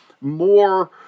more